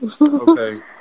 Okay